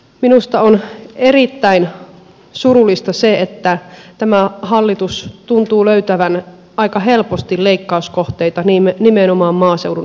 minusta on erittäin surullista se että tämä hallitus tuntuu löytävän aika helposti leikkauskohteita nimenomaan koskien maaseudun ihmisiä